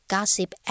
Gossip